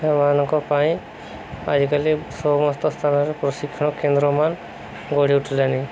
ସେମାନଙ୍କ ପାଇଁ ଆଜିକାଲି ସମସ୍ତ ସ୍ଥାନରେ ପ୍ରଶିକ୍ଷଣ କେନ୍ଦ୍ର ମାନ ଗଢ଼ି ଉଠିଲାଣି